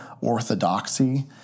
orthodoxy